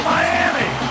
Miami